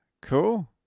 Cool